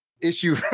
issue